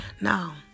now